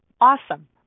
Awesome